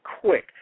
quick